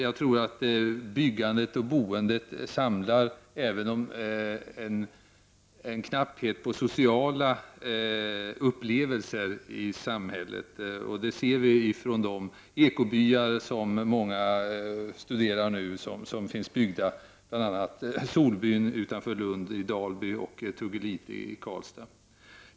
Jag tror att byggandet och boendet samlar även dem som upplever en knapphet på sociala upplevelser i samhället. Det ser vi från de ekobyar som är byggda och som nu många studerar, bl.a. Solbyn i Dalby utanför Lund och Tuggelite i Karlstad.